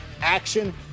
Action